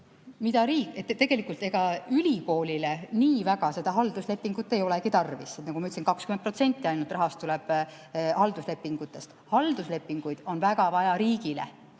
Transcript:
saame rääkida. Tegelikult, ega ülikoolile nii väga seda halduslepingut ei olegi tarvis – nagu ma ütlesin, ainult 20% rahast tuleb halduslepingutest. Halduslepinguid on väga vaja riigile.